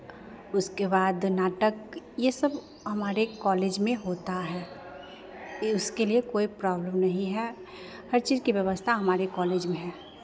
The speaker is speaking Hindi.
उसके बाद नाटक ये सब हमारे कॉलेज में होता है इसके लिये कोई प्रॉब्लम नहीं है हर चीज़ की व्यवस्था हमारे कॉलेज में है